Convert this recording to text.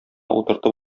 утыртып